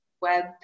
web